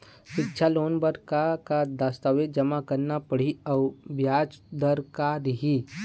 सिक्छा लोन बार का का दस्तावेज जमा करना पढ़ही अउ ब्याज दर का रही?